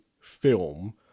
film